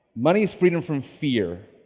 money is freedom from fear.